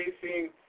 facing